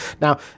now